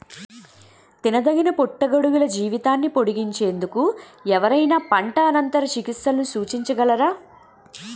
తినదగిన పుట్టగొడుగుల జీవితాన్ని పొడిగించేందుకు ఎవరైనా పంట అనంతర చికిత్సలను సూచించగలరా?